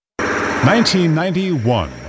1991